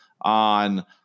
on